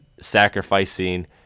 sacrificing